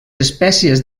espècies